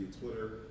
Twitter